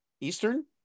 eastern